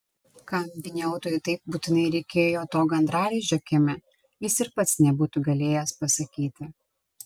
kam vyniautui taip būtinai reikėjo to gandralizdžio kieme jis ir pats nebūtų galėjęs pasakyti